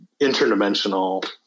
interdimensional